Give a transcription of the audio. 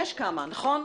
יש כמה, נכון?